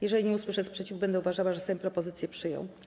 Jeżeli nie usłyszę sprzeciwu, będę uważała, że Sejm propozycję przyjął.